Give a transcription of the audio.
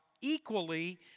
equally